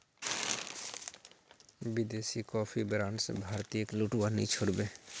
विदेशी coffee brands भारतीयेक लूटवा नी छोड़ बे